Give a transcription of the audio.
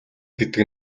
гэдэг